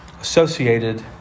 associated